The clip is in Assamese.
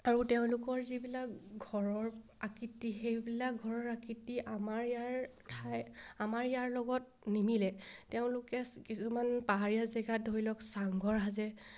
আৰু তেওঁলোকৰ যিবিলাক ঘৰৰ আকৃতি সেইবিলাক ঘৰৰ আকৃতি আমাৰ ইয়াৰ ঠাই আমাৰ ইয়াৰ লগত নিমিলে তেওঁলোকে কিছুমান পাহাৰীয়া জেগাত ধৰি লওক চাংঘৰ সাজে